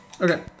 Okay